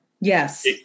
Yes